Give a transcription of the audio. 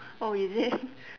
oh is it